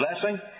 blessing